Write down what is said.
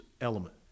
element